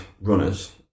runners